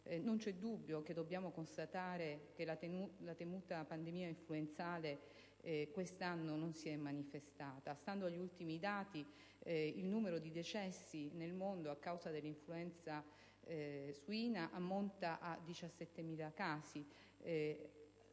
non c'è dubbio che dobbiamo constatare che la temuta pandemia influenzale quest'anno non si è manifestata. Stando agli ultimi dati, il numero dei decessi nel mondo a causa dell'influenza suina ammonta a 17.000, cifra